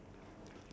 ya